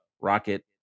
Rocket